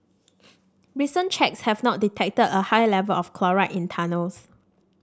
recent checks have not detected a high level of chloride in tunnels